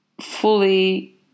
fully